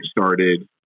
started